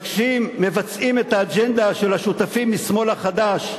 מבצעים את האג'נדה של השותפים מהשמאל החדש,